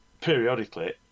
periodically